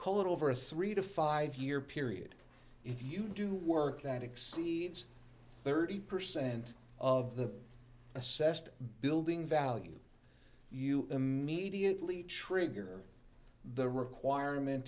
color over a three to five year period if you do work that exceeds thirty percent of the assessed building value you immediately trigger the requirement